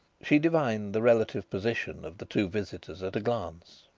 she divined the relative positions of the two visitors at a glance.